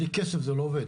אבל בלי כסף זה לא עובד,